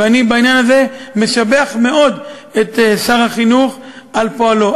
ואני בעניין הזה משבח מאוד את שר החינוך על פועלו.